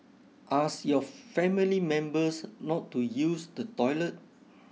ask your family members not to use the toilet